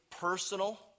personal